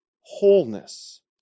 Wholeness